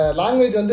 language